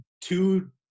two